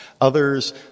Others